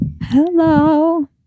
Hello